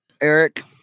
Eric